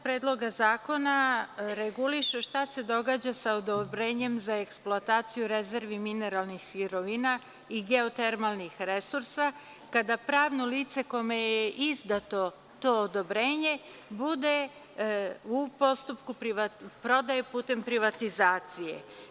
Predloga zakona reguliše šta se događa sa odobrenjem za eksploataciju rezervi mineralnih sirovina i geotermalnih resursa kada pravno lice kome je izdato to odobrenje bude u postupku prodaje putem privatizacije.